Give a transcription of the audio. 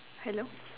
hello